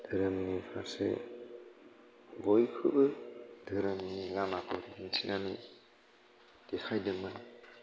धोरोमनि फारसे बयखौबो धोरोमनि लामाखौ दिन्थिनानै देखायदोंमोन